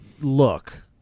look